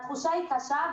התחושה היא קשה,